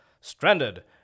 Stranded